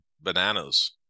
bananas